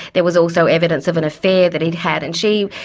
there was also evidence of an affair that he'd had, and she,